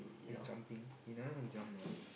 he's jumping he never even jump lah